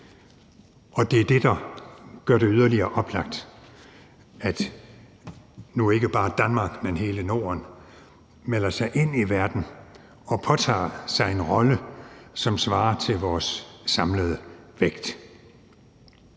og det er det, der gør det yderligere oplagt, at nu ikke bare Danmark, men hele Norden melder sig ind i verden og påtager sig en rolle, som svarer til vores samlede vægt.